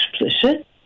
explicit